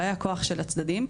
באי הכוח של הצדדיים,